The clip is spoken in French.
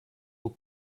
aux